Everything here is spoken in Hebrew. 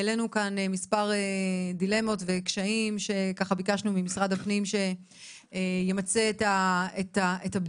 העלינו כאן מספר דילמות וקשיים שביקשנו ממשרד הפנים שימצה את הבדיקות.